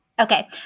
Okay